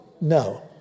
No